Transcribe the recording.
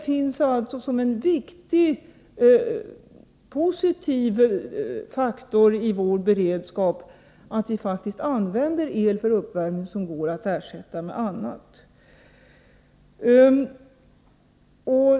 En viktig, positiv faktor i fråga om beredskapen är att vi faktiskt använder sådan el för uppvärmning som går att ersätta med någonting annat.